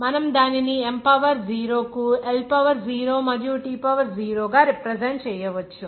మనం దానిని M power 0 కు L పవర్ 0 మరియు T పవర్ 0 గా రిప్రజెంట్ చేయవచ్చు